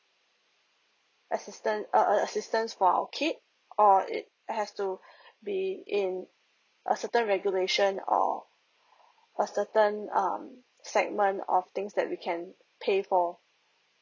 assistance err a assistance for our kid or it has to be in a certain regulation or a certain um segment of things that we can pay for